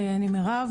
אני מירב,